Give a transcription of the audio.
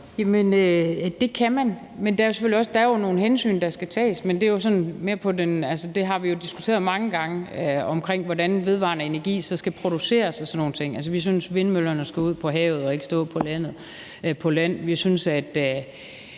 det kan man, men der er jo nogle hensyn, der skal tages. Vi har jo diskuteret mange gange, hvordan vedvarende energi skal produceres og sådan nogle ting. Altså, vi synes, vindmøllerne skal ud på havet og ikke stå på land.